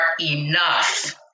enough